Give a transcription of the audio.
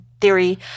theory